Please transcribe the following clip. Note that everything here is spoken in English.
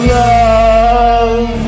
love